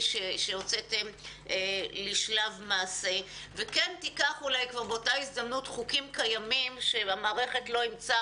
שהוצאתם לשלב מעשה וכן תיקח באותה הזדמנות חוקים קיימים שהמערכת לא אימצה,